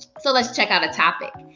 so let's check out a topic.